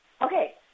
Okay